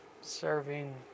serving